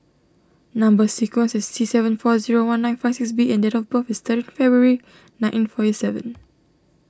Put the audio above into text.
Number Sequence is T seven four zero one nine five six B and date of birth is thirteen February nineteen forty seven